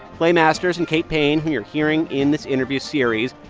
clay masters and kate payne, who you're hearing in this interview series,